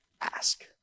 ask